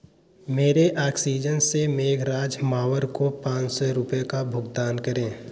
मेरे आक्सीजन से मेघराज मावर को पान सौ रुपये का भुगतान करें